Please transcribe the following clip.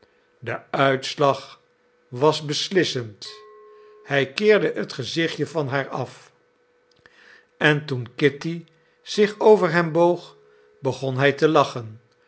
de uitslag was beslissend hij keerde het gezichtje van haar af en toen kitty zich over hem boog begon hij te lachen